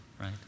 right